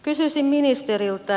kysyisin ministeriltä